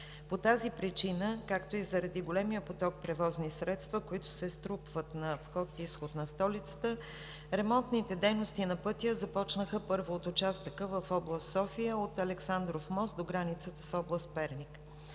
По тази причина, както и заради големия поток превозни средства, които се струпват на вход и изход на столицата, ремонтните дейности на пътя започнаха първо от участъка в област София от Александров мост до границата с област Перник.